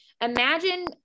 imagine